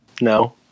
No